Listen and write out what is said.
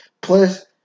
Plus